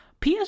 PS